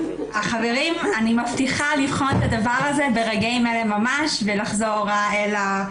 אני מבטיחה לבחון את הדבר הזה ברגעים אלה ממש ולחזור אליכם.